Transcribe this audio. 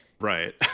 Right